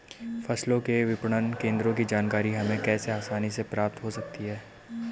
फसलों के विपणन केंद्रों की जानकारी हमें कैसे आसानी से प्राप्त हो सकती?